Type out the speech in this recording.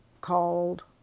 called